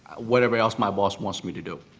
whatever else my boss wants me to do.